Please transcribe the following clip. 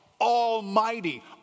Almighty